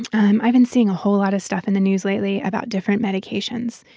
um i've been seeing a whole lot of stuff in the news lately about different medications.